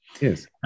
Yes